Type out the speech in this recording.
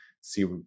see